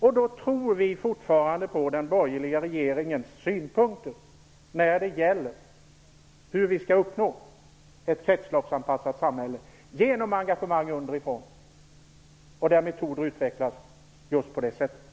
Vi tror fortfarande på den borgerliga regeringens synpunkter när det gäller hur vi skall uppnå ett kretsloppsanpassat samhälle. Det skall ske genom engagemang underifrån där metoder utvecklas just på det här sättet.